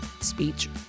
speech